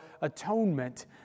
atonement